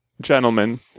gentlemen